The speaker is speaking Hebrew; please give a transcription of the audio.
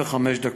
25 דקות.